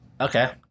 Okay